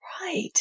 right